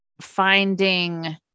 finding